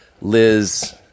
Liz